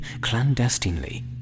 clandestinely